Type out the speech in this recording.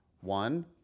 One